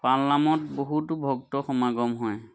পালনামত বহুতো ভক্ত সমাগম হয়